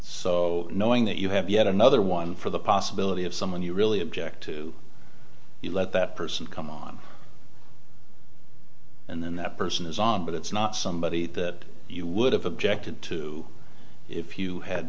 so knowing that you have yet another one for the possibility of someone you really object to you let that person come on and then that person is on but it's not somebody that you would have objected to if you had